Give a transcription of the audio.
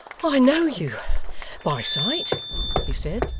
i know you by sight he said,